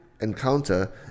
encounter